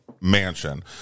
mansion